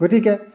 গতিকে